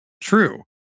true